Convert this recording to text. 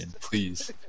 please